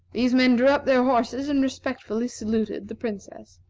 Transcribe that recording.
these men drew up their horses, and respectfully saluted the princess.